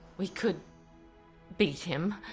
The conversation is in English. we could beat him,